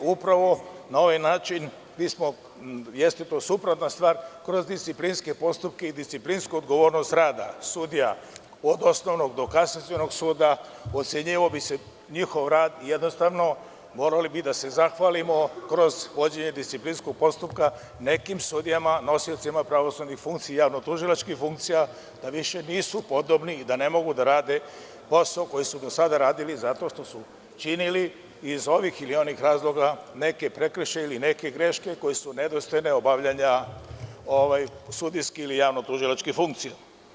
Upravo na ovaj način, jeste to suprotna stvar, kroz disciplinske postupke i disciplinsku odgovornost rada sudija od Osnovnog do Kasacionog suda ocenjivali bi njihov rad i jednostavno morali bismo da se zahvalimo kroz vođenje disciplinskog postupka nekim sudijama, nosiocima pravosudnih funkcija, javno-tužilačkih funkcija da više nisu podobni i da ne mogu da rade posao koji su do sada radili zato što su činili iz ovih onih ili ovih razloga neke prekršaje ili neke greške koji su nedostojne obavljanja sudijskih ili javno-tužilačkih funkcija.